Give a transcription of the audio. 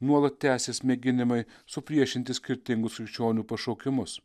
nuolat tęsis mėginimai supriešinti skirtingus krikščionių pašaukimus